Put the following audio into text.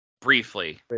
Briefly